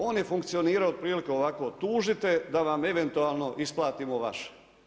On je funkcionirao otprilike ovako, tužite da vam eventualno isplatimo vaše.